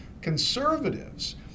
conservatives